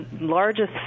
largest